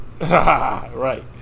Right